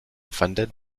funded